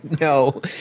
No